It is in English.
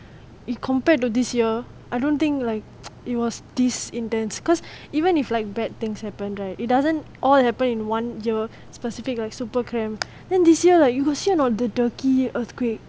if compared to this year I don't think like it was this intense because even if like bad things happen right it doesn't all happen in one year specific like super cramp then this year like you got see or not the turkey earthquake